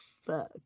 fuck